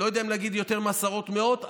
לא יודע להגיד אם יותר מעשרות או מאות,